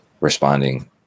responding